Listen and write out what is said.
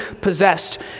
possessed